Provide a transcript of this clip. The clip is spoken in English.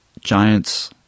Giants